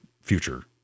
future